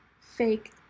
fake